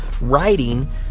writing